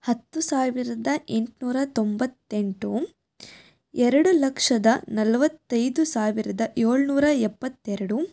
ಹತ್ತು ಸಾವಿರದ ಎಂಟುನೂರ ತೊಂಬತ್ತೆಂಟು ಎರಡು ಲಕ್ಷದ ನಲ್ವತ್ತೈದು ಸಾವಿರದ ಏಳುನೂರ ಎಪ್ಪತ್ತೆರಡು